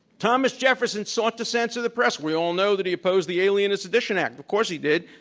thomas jefferson sought to censor the press. we all know that he opposed the alien and sedition act. of course he did,